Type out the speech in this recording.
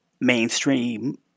mainstream